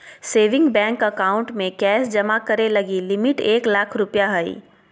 saving bank account में cash जमा करे लगी लिमिट एक लाख रु हइ